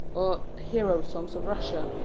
or hero-songs of russia,